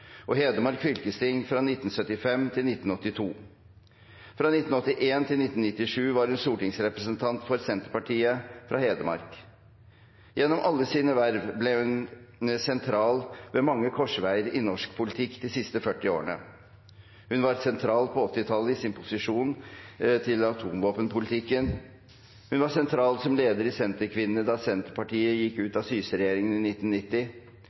og av Hedmark fylkesting fra 1975 til 1982. Fra 1981 til 1997 var hun stortingsrepresentant for Senterpartiet fra Hedmark. Gjennom alle sine verv ble hun sentral ved mange korsveier i norsk politikk de siste 40 årene. Hun var sentral på 1980-tallet i sin opposisjon til atomvåpenpolitikken, hun var sentral som leder av Senterkvinnene da Senterpartiet gikk ut av Syse-regjeringen i 1990,